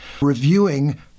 reviewing